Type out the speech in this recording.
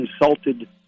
insulted